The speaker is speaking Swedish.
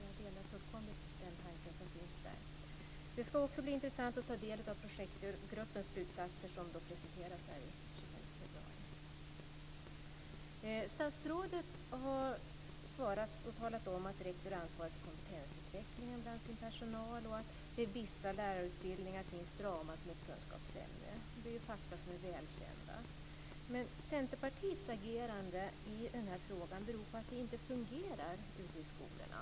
Jag delar fullkomligt uppfattningen i den tanken. Det ska också bli intressant att ta del av projektgruppens slutsatser som ska presenteras den 25 februari. Statsrådet har i svaret talat om att rektor är ansvarig för kompetensutvecklingen bland sin personal och att det i vissa lärarutbildningar finns drama som ett kunskapsämne. Det är fakta som är väl kända. Men Centerpartiets agerande i frågan beror på att det inte fungerar i dag ute i skolorna.